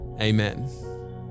amen